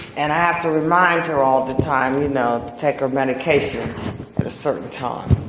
and i have to remind her all the time, you know, to take her medication at a certain time.